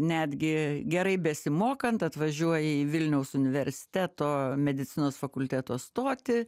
netgi gerai besimokant atvažiuoja į vilniaus universiteto medicinos fakulteto stoti